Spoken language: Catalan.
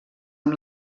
amb